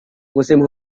musim